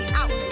out